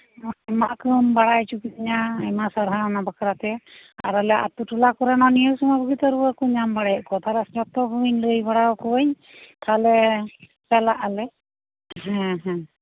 ᱚᱱᱟ ᱠᱚᱢ ᱵᱟᱲᱟᱭ ᱪᱚ ᱠᱤᱫᱤᱧᱟ ᱟᱭᱢᱟ ᱥᱟᱨᱦᱟᱣ ᱚᱱᱟ ᱵᱟᱠᱷᱨᱟᱛᱮ ᱟᱨ ᱟᱞᱮ ᱟᱛᱩ ᱴᱚᱞᱟ ᱠᱚᱨᱮ ᱢᱟ ᱱᱤᱭᱟᱹ ᱥᱩᱢᱟᱹᱭ ᱵᱩᱜᱤᱛᱮ ᱨᱩᱣᱟᱹ ᱠᱚ ᱧᱟᱢ ᱵᱟᱲᱟᱭᱮᱜ ᱠᱚᱣᱟ ᱛᱟᱦᱞᱮ ᱡᱚᱛᱚ ᱠᱚᱧ ᱞᱟᱹᱭ ᱵᱟᱲᱟᱣ ᱠᱚᱣᱟᱹᱧ ᱛᱟᱞᱦᱮ ᱪᱟᱞᱟᱜᱼᱟᱞᱮ ᱦᱮᱸ ᱦᱮᱸ